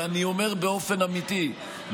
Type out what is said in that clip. ואני אומר באופן אמיתי,